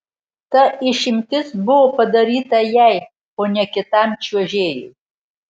ta išimtis buvo padaryta jai o ne kitam čiuožėjui